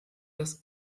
das